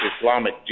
Islamic